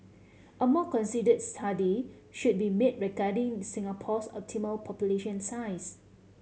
a more consider study should be made regarding Singapore's optimal population size